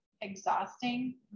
exhausting